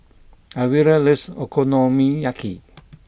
Elvira loves Okonomiyaki